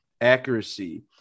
accuracy